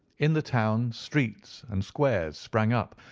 in the town streets and squares sprang up,